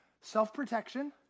Self-protection